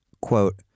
quote